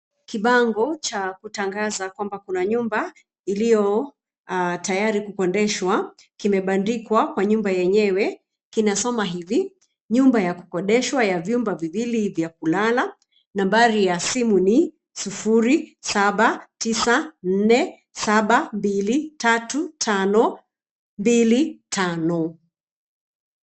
Kibango cha kutangaza kwamba kuna nyumba iliyotayari kukodeshwa kimebandikwa kwa nyumba yenyewe. Kinasoma hivi: nyumba ya kukodeshwa ya vyumba viwili vya kulala, nambari ya simu ni 0794723525.